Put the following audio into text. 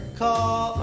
call